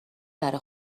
بره